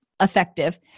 effective